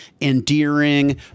endearing